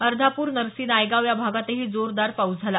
अर्धापूर नर्सी नायगाव या भागातही जोरदार पाऊस झाला